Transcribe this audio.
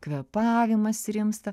kvėpavimas rimsta